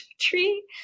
tree